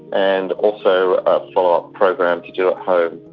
and also a follow-up program to do at home.